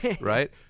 right